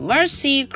Mercy